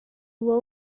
who